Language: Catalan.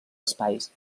espais